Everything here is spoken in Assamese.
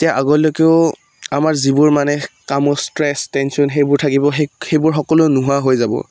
তেতিয়া আগলৈকেও আমাৰ যিবোৰ মানে কামত ষ্ট্ৰেছ টেনচ্যন সেইবোৰ থাকিব সেই সেইবোৰ সকলো নোহোৱা হৈ যাব